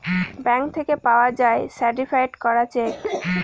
bank থেকে পাওয়া যায় সার্টিফায়েড করা চেক